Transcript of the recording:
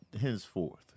henceforth